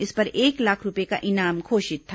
इस पर एक लाख रूपये का इनाम घोषित था